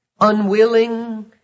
unwilling